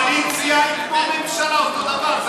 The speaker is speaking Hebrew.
אבל אדוני השר, הקואליציה כמו הממשלה, אותו דבר.